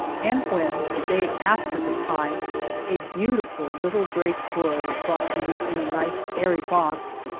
and when the day after the pie a beautiful little gray squirrel was brought to me in a nice airy box,